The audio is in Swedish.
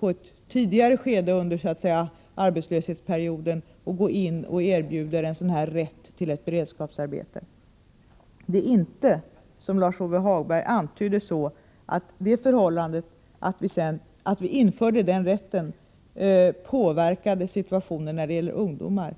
under ett tidigare skede av arbetslöshetsperioden och går in och erbjuder rätt till ett beredskapsarbete. Det är inte, som Lars-Ove Hagberg antydde, så att det förhållandet att vi införde rätten till beredskapsarbete påverkade situationen när det gäller ungdomar.